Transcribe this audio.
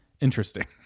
interesting